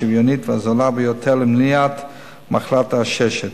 השוויונית והזולה ביותר למניעת מחלת העששת.